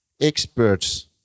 experts